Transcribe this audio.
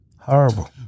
Horrible